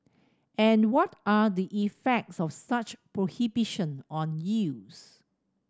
and what are the effects of such prohibition on youths